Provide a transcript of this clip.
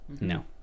No